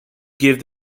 give